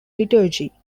liturgy